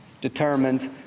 determines